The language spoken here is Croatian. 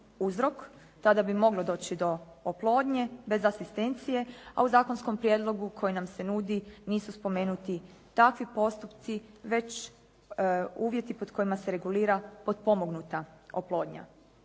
Tada bi moglo doći do oplodnje bez asistencije. A u zakonskom prijedlogu koji nam se nudi nisu spomenuti takvi postupci već uvjeti pod kojima se regulira potpmomognuta oplodnja.